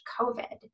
COVID